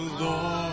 Lord